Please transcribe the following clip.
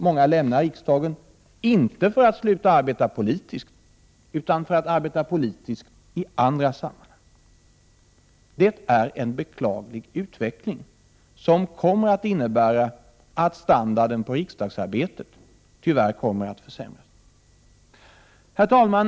Många lämnar riksdagen, inte för att sluta arbeta politiskt utan för att arbeta politiskt i andra sammanhang. Detta är en beklaglig utveckling som kommer att innebära att standarden på riksdagsarbetet försämras. Herr talman!